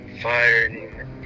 fired